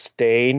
Stay